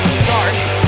sharks